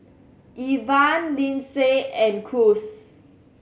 Evan Lindsay and Cruz